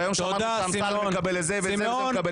והיום שמעתי שאמסלם מקבל את זה --- תודה,